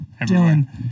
Dylan